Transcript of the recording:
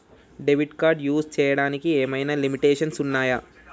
Debit card use చేయడానికి ఏమైనా limitations ఉన్నాయా?